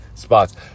Spots